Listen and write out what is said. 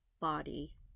body